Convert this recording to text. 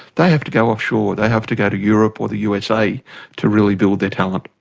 they have to go offshore, they have to go to europe or the usa to really build their talent.